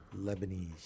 Lebanese